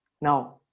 Now